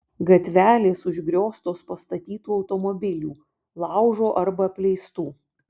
gatvelės užgrioztos pastatytų automobilių laužo arba apleistų